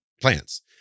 plants